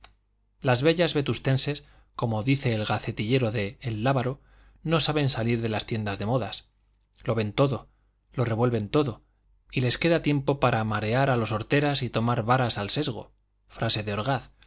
las bellas vetustenses como dice el gacetillero de el lábaro no saben salir de las tiendas de modas lo ven todo lo revuelven todo y les queda tiempo para marear a los horteras y tomar varas al sesgo